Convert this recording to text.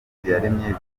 biziyaremye